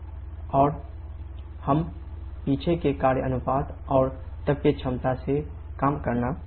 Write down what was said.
और हम पीछे के कार्य अनुपात और तापीय दक्षता से काम करना चाहते हैं